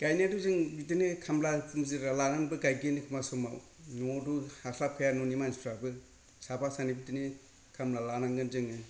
गायनायाथ' जों बिदिनो खामला मुजिरा लानानैबो गायगारो एखनब्ला समाव न'आवथ' हास्लाबखाया न'नि मानसिफ्राबो बिदिनो साफा सानै खामला लानांगोन जोङो